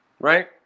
right